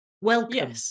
Welcome